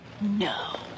No